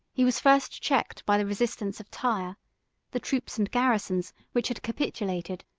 he was first checked by the resistance of tyre the troops and garrisons, which had capitulated,